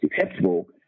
acceptable